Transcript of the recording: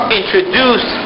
introduce